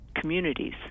communities